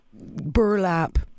burlap